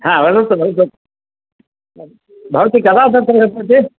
हा वदतु एतद् भवती कदा तत्र वर्तते